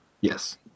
Yes